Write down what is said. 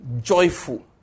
joyful